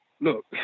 look